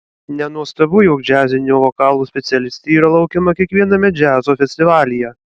nenuostabu jog džiazinio vokalo specialistė yra laukiama kiekviename džiazo festivalyje